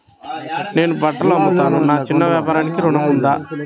నేను బట్టలు అమ్ముతున్నాను, నా చిన్న వ్యాపారానికి ఋణం ఉందా?